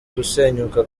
gusenyuka